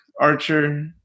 archer